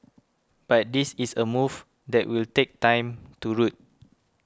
but this is a move that will take time to root